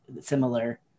similar